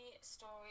story